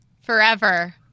forever